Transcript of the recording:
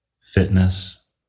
fitness